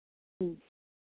ह्म्म